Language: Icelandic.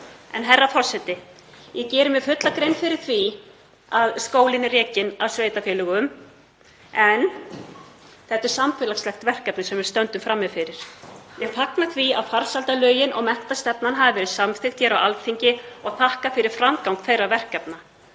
Herra forseti. Ég geri mér fulla grein fyrir því að skólinn er rekinn af sveitarfélögum en þetta er samfélagslegt verkefni sem við stöndum frammi fyrir. Ég fagna því að farsældarlögin og menntastefnan hafi verið samþykkt hér á Alþingi og þakka fyrir framgang þeirra verkefna.